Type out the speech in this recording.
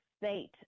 state